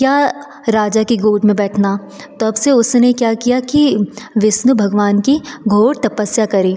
क्या राजा की गोद में बैठना तब से उसने क्या किया कि विष्णु भगवान की घोर तपस्या करी